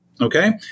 Okay